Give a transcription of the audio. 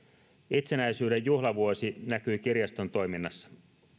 itsenäisyyden juhlavuosi näkyi kirjaston toiminnassa